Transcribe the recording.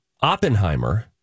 Oppenheimer